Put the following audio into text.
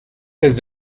his